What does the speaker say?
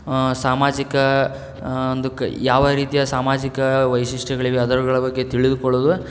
ಸಾಮಾಜಿಕ ಒಂದು ಕ ಯಾವ ರೀತಿಯ ಸಾಮಾಜಿಕ ವೈಶಿಷ್ಟ್ಯಗಳಿವೆ ಅದರುಗಳ ಬಗ್ಗೆ ತಿಳಿದುಕೊಳ್ಳುದು